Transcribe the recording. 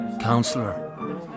Counselor